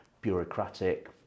bureaucratic